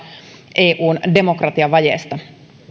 eun demokratiavajeesta